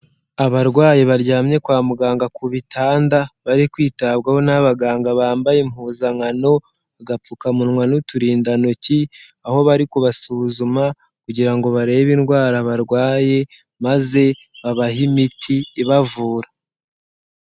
Abarwayi baryamye kwa muganga ku bitanda, bari kwitabwaho n'abaganga bambaye impuzankano, agapfukamunwa n'uturindantoki, aho bari kubasuzuma kugira ngo barebe indwara barwaye, maze babahe imiti ibavura.